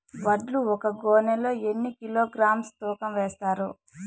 వడ్లు ఒక గోనె లో ఎన్ని కిలోగ్రామ్స్ తూకం వేస్తారు?